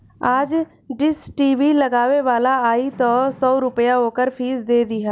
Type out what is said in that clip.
आज dish TV लगावे वाला आई तअ सौ रूपया ओकर फ़ीस दे दिहा